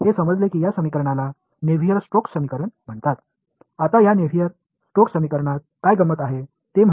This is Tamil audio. இந்த சமன்பாடுகள் நேவியர் ஸ்டோக்ஸ் சமன்பாடுகள் என்று அழைக்கப்படுவது உங்களில் பலருக்குத் தெரியும்